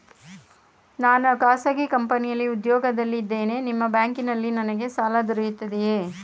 ನಾನು ಖಾಸಗಿ ಕಂಪನಿಯಲ್ಲಿ ಉದ್ಯೋಗದಲ್ಲಿ ಇದ್ದೇನೆ ನಿಮ್ಮ ಬ್ಯಾಂಕಿನಲ್ಲಿ ನನಗೆ ಸಾಲ ದೊರೆಯುತ್ತದೆಯೇ?